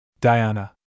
Diana